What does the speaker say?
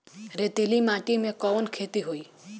रेतीली माटी में कवन खेती होई?